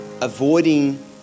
Avoiding